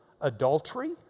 adultery